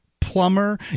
plumber